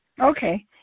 Okay